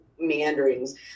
meanderings